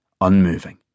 unmoving